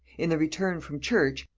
in the return from church,